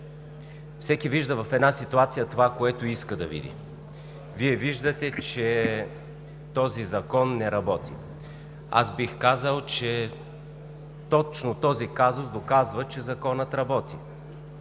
Всеки вижда в една ситуация това, която иска да види. Вие виждате, че този закон не работи. Аз бих казал, че точно този казус доказва, че Законът работи.